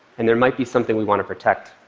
and there might be something we want to protect.